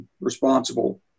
responsible